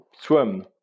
Swim